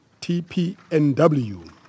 TPNW